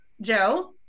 joe